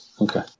okay